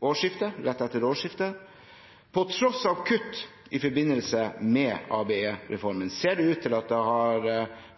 årsskiftet. Til tross for kutt i forbindelse med ABE-reformen ser det ut til at det har